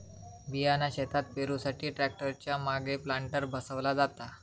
बियाणा शेतात पेरुसाठी ट्रॅक्टर च्या मागे प्लांटर बसवला जाता